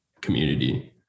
community